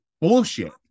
bullshit